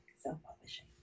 self-publishing